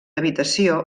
habitació